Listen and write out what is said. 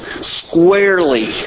squarely